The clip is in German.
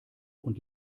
und